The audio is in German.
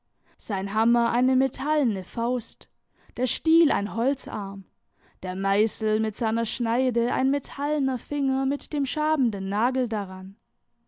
sein hammer eine metallene faust der stiel ein holzarm der meißel mit seiner schneide ein metallener finger mit dem schabenden nagel daran